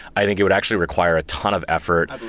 i think it would actually require a ton of effort.